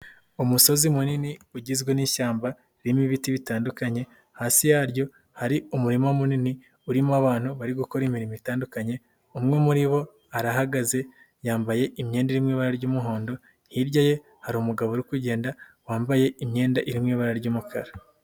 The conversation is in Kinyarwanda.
Umusozi munini ugizwe n'ishyamba ririmo ibiti bitandukanye, hasi yaryo hari umurima munini urimo abantu bari gukora imirimo itandukanye, umwe muri bo arahagaze, yambaye imyenda irimo ibara ry'umuhondo, hirya ye hari umugabo uri kugenda wambaye imyenda iririmo ibara ry'umukara.